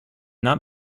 not